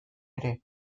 ere